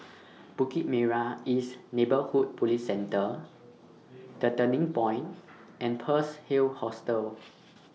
Bukit Merah East Neighbourhood Police Centre The Turning Point and Pearl's Hill Hostel